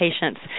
patients